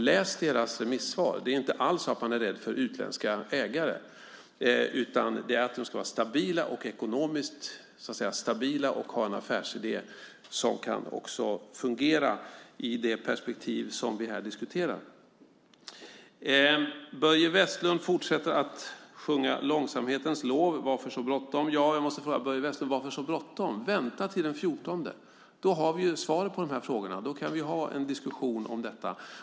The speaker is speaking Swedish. Läs deras remissvar! Man är inte alls rädd för utländska ägare, utan man vill att de ska vara ekonomiskt stabila och ha en affärsidé som kan fungera i det perspektiv som vi diskuterar. Börje Vestlund fortsätter att sjunga långsamhetens lov; varför så bråttom? Då måste jag fråga Börje Vestlund, varför så bråttom? Vänta till den 14 juni. Då har vi svaret på frågorna, och då kan vi ha en diskussion om detta.